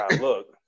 Look